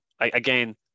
Again